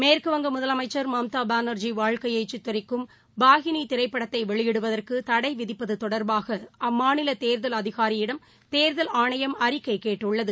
மேற்குவங்க முதலமைச்சர் மம்தா பேனர்ஜி வாழ்க்கையை சித்தரிக்கும் பாஹினி திரைப்படத்தை வெளியிடுவதற்கு தடை விதிப்பது தொடர்பாக அம்மாநில தேர்தல் அதிகாரியிடம் தேர்தல் ஆணையம் அறிக்கை கேட்டுள்ளது